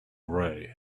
ray